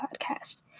Podcast